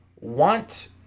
want